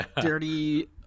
dirty